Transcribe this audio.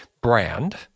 brand